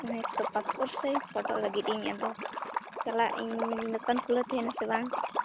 ᱦᱮᱸ ᱛᱳ passport size ᱯᱷᱳᱴᱳᱜ ᱞᱟᱹᱜᱤᱫ ᱤᱧ ᱟᱫᱚ ᱪᱟᱞᱟᱜ ᱤᱧ ᱫᱚᱠᱟᱱ ᱠᱷᱩᱞᱟᱹᱣ ᱛᱟᱦᱮᱱᱟ ᱥᱮ ᱵᱟᱝ